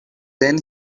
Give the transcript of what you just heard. then